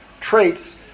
traits